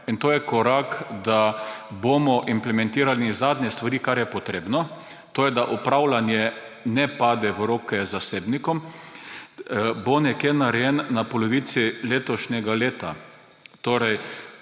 in to je korak, da bomo implementirali zadnje stvari, ki so potrebne, to je, da upravljanje ne pade v roke zasebnikom, narejen nekje na polovici letošnjega leta. Torej,